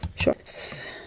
Shorts